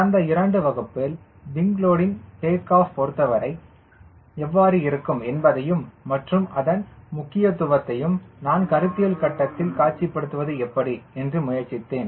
கடந்த இரண்டு வகுப்பில் விங் லோடிங் டேக் ஆஃப் பொருத்தவரை எவ்வாறு இருக்கும் என்பதையும் மற்றும் அதன் முக்கியத்துவத்தையும் நான் கருத்தியல் கட்டத்தில் காட்சிப்படுத்துவது எப்படி என்று முயற்சித்தேன்